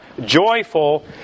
joyful